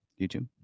YouTube